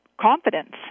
confidence